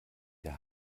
der